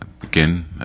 again